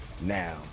now